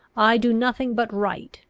i do nothing but right,